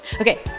Okay